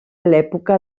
l’època